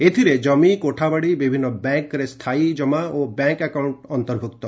ଏଥିରେ ଜମି କୋଠାବାଡ଼ି ବିଭିନ୍ନ ବ୍ୟାଙ୍କ୍ରେ ସ୍ତାୟୀ ଜମା ଓ ବ୍ୟାଙ୍କ୍ ଆକାଉଣ୍ଟ ଅନ୍ତର୍ଭୁକ୍ତ